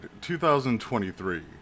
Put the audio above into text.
2023